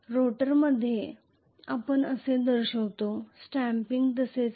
रोटरमध्ये आपण असे दर्शवितो स्टॅम्पिंग्स असेच आहेत